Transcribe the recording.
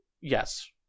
yes